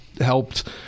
helped